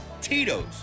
Tito's